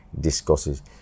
discusses